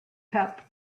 cup